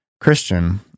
Christian